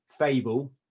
Fable